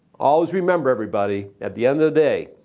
always remember everybody, at the end of the day,